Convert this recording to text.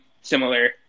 similar